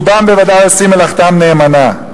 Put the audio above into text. רובם בוודאי עושים מלאכתם נאמנה,